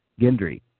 Gendry